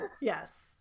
Yes